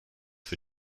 für